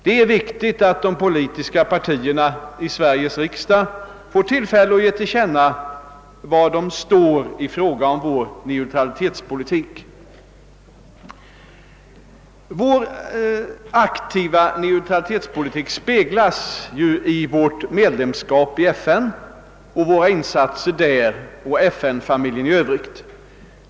Det är riktigt att de politiska partierna i Sveriges riksdag får tillfälle att ge till känna var de står i fråga om vår neutralitetspolitik. Vår aktiva neutralitetspolitik speglas ju av vårt medlemskap i FN och våra insatser där och inom FN-familjen i övrigt.